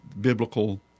biblical